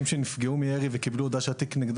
שנפגעו מירי וקיבלו הודעה שהתיק נסגר.